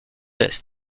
est